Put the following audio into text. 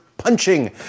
punching